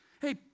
Hey